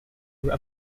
were